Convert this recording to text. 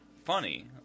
Funny